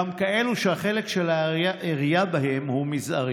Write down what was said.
גם כאלו שהחלק של העירייה בהם הוא מזערי,